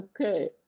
Okay